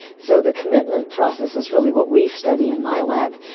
so the commitment process is really what we study in my lab.